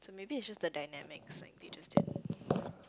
so maybe it's just the dynamics like they just did